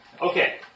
Okay